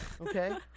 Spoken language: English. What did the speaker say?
Okay